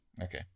Okay